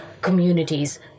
communities